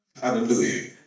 Hallelujah